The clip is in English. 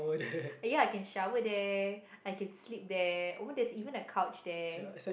ya I can shower there I can sleep there oh there's even a couch there